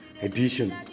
edition